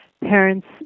Parents